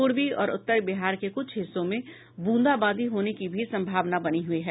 पूर्वी और उत्तर बिहार के कुछ हिस्सों में ब्रंदाबांदी होने की भी सम्भावना बनी हुई है